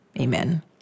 Amen